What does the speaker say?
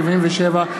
77,